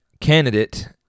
candidate